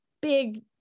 big